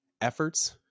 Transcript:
efforts